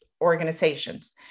organizations